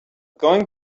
going